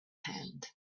hand